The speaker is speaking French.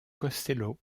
costello